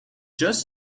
just